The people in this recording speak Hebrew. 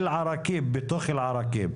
בתוך אל-עראקיב.